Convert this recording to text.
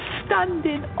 standing